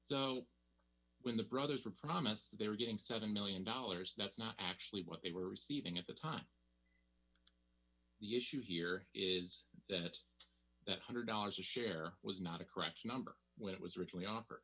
so when the brothers were promised they were getting seven million dollars that's not actually what they were receiving at the time the issue here is that that one hundred dollars a share was not a correct number when it was originally offer